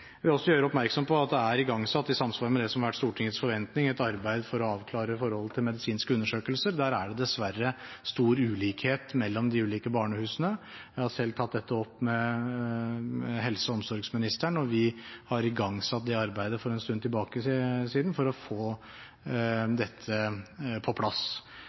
vil også gjøre oppmerksom på at det i samsvar med det som har vært Stortingets forventning, er igangsatt et arbeid for å avklare forholdet til medisinske undersøkelser. Der er det dessverre stor ulikhet mellom de ulike barnehusene. Jeg har selv tatt dette opp med helse- og omsorgsministeren, og vi har igangsatt det arbeidet for en stund siden for å få dette på plass.